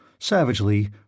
Savagely